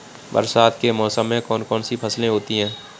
बरसात के मौसम में कौन कौन सी फसलें होती हैं?